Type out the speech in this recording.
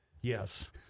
Yes